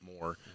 more